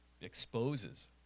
exposes